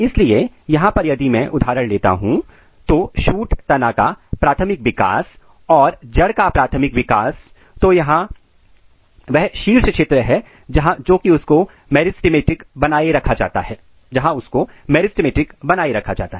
इसलिए यहां पर यदि मैं दो उदाहरण लेता हूं शूट तना का प्राथमिक विकास और जड़ का प्राथमिक विकास तो यहां टिप वह क्षेत्र है जहाँ मेरिस्टेम बनाए रखा जाता है